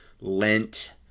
lent